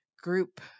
group